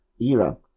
era